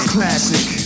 Classic